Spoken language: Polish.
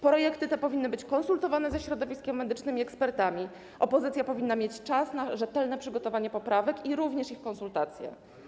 Projekty te powinny być konsultowane ze środowiskiem medycznym i ekspertami, opozycja powinna mieć czas na rzetelne przygotowanie poprawek i ich konsultację.